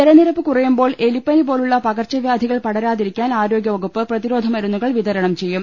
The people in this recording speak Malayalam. ജലനിരപ്പ് കുറയുമ്പോൾ എലിപ്പനി പോലുള്ള പകർച്ചവ്യാധികൾ പടരാതിരിക്കാൻ ആരോഗ്യവകുപ്പ് പ്രതിരോധ മരുന്നുകൾ വിതരണം ചെയ്യും